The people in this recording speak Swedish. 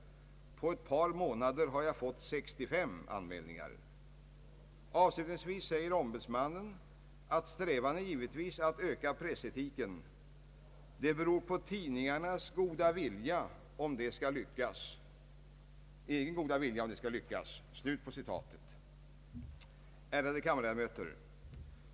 På ett par månader har jag fått 65...” Avslutningsvis säger ombudsmannen att ”strävan är givetvis att öka presskritiken. Det beror på tidningarnas goda vilja om detta skall lyckas.” Ärade kammarledamöter!